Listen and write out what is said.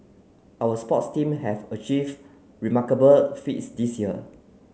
our sports team have achieve remarkable feats this year